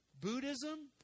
Buddhism